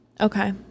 Okay